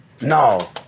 no